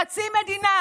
חצי מדינה